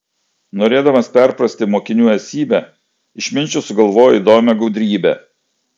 norėdamas perprasti mokinių esybę išminčius sugalvojo įdomią gudrybę